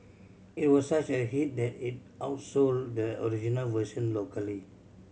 it was such a hit that it outsold the original version locally